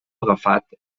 agafat